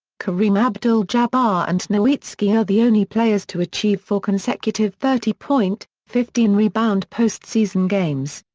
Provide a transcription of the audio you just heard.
kareem abdul-jabbar and nowitzki are the only players to achieve four consecutive thirty point, fifteen rebound post-season games.